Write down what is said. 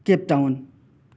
Cape Town